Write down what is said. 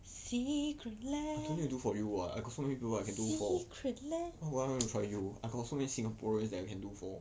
I don't need to do for you [what] I got so many people I can do for why would I want to try you I got so many singaporeans that I can do for